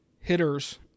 hitters